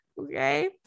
Okay